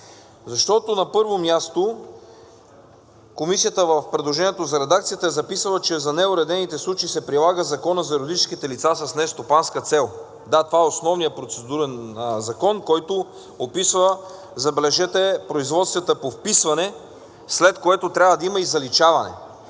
Защото, на първо място, Комисията в предложението за редакцията е записала, че за неуредените случаи се прилага Законът за юридическите лица с нестопанска цел. Да, това е основният процедурен закон, който описва, забележете, производствата по вписване, след което трябва да има и заличаване.